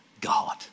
God